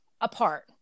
apart